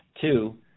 Two